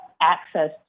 access